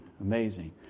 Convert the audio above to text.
amazing